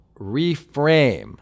reframe